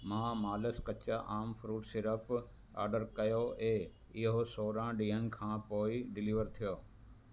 मां मालस कचा आम फ्रूट सिरप आडर कयो ऐं इहो सोरहं ॾींहंनि खां पोइ डिलीवर थियो